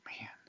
Man